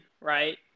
Right